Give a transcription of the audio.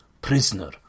prisoner